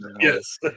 Yes